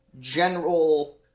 general